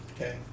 Okay